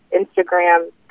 Instagram